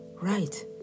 Right